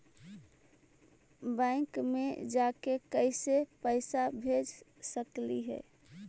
Bank मे जाके कैसे पैसा भेज सकली हे?